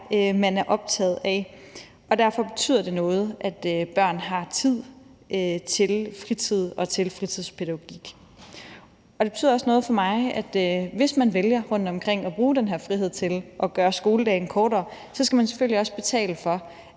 man er optaget af. Derfor betyder det noget, at børn har tid til fritid og til fritidspædagogik. Det betyder også noget for mig, at hvis man rundtomkring vælger at bruge den her frihed til at gøre skoledagen kortere, skal man selvfølgelig også betale for,